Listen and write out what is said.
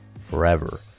forever